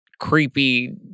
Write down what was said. creepy